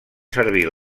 servir